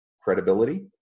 credibility